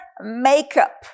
makeup